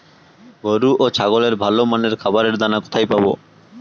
গরু ও ছাগলের ভালো মানের খাবারের দানা কোথায় পাবো?